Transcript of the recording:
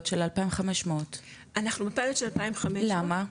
של 2,500. אנחנו בפיילוט של 2,500. למה?